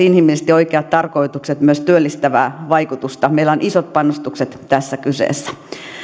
inhimillisesti oikeat tarkoitukset myös työllistävää vaikutusta meillä on isot panostukset tässä kyseessä